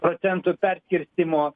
procentų perskirstymo